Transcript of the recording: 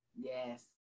yes